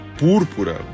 púrpura